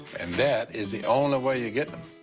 and that is the only way you're getting it.